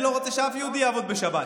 אני לא רוצה שאף יהודי יעבוד בשבת.